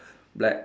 black